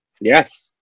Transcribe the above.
Yes